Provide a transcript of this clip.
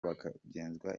bakagezwa